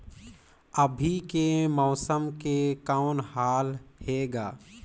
अभी के मौसम के कौन हाल हे ग?